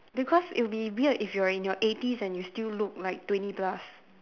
because it'll be weird if you're in your eighties and you still look like twenty plus